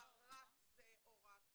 זאת אומרת, הוא לא בא ואמר, רק זה או רק זה.